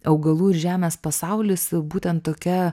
augalų ir žemės pasaulis būtent tokia